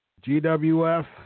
GWF